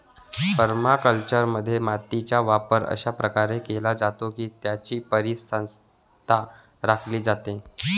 परमाकल्चरमध्ये, मातीचा वापर अशा प्रकारे केला जातो की त्याची परिसंस्था राखली जाते